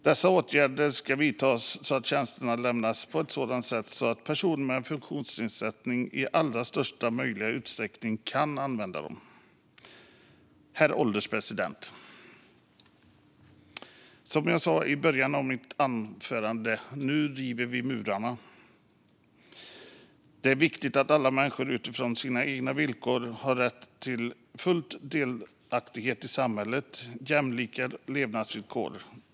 Dessa åtgärder ska vidtas så att tjänsterna lämnas på ett sådant sätt att personer med funktionsnedsättning i största möjliga utsträckning kan använda dem. Herr ålderspresident! Som jag sa i början av mitt anförande: Nu river vi murarna! Det är viktigt att alla människor utifrån sina egna villkor har rätt till full delaktighet i samhället och jämlika levnadsvillkor.